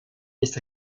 ist